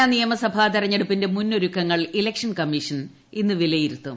തെലങ്കാന നിയമസഭാ തെരഞ്ഞെടുപ്പിന്റെ മുന്നൊരൂക്കങ്ങൾ ഇലക്ഷൻ കമ്മിഷൻ ഇന്ന് വിലയിരുത്തും